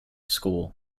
school